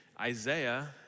Isaiah